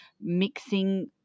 mixing